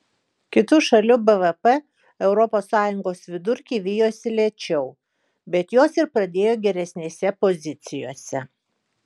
kitų šalių bvp europos sąjungos vidurkį vijosi lėčiau bet jos ir pradėjo geresnėse pozicijose